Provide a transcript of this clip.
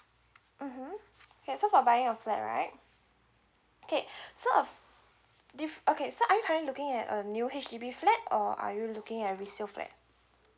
mmhmm okay so for buying a flat right okay so a dif~ okay so are you currently looking at a new H_D_B flat or are you looking at resale flat